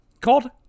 Called